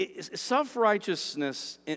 Self-righteousness